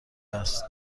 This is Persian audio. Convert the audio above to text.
است